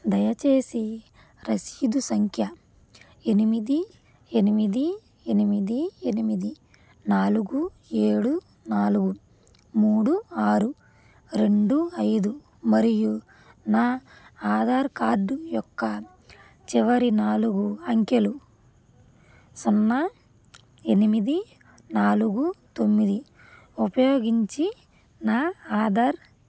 దయచేసి రసీదు సంఖ్య ఎనిమిది ఎనిమిది ఎనిమిది ఎనిమిది నాలుగు ఏడు నాలుగు మూడు ఆరు రెండు ఐదు మరియు నా ఆధార్ కార్డు యొక్క చివరి నాలుగు అంకెలు సున్నా ఎనిమిది నాలుగు తొమ్మిది ఉపయోగించి నా ఆధార్